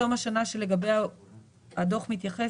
מתום השנה שלגביה הדוח מתייחס,